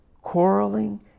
Quarreling